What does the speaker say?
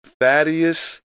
Thaddeus